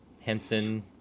Henson